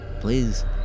Please